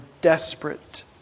desperate